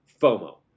FOMO